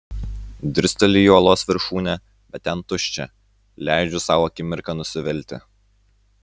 dirsteliu į uolos viršūnę bet ten tuščia leidžiu sau akimirką nusivilti